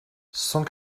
cent